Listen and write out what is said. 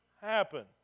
happen